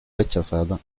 rechazada